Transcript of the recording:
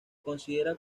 considera